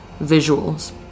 visuals